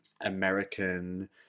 American